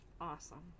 Awesome